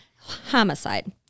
homicide